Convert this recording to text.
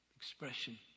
expression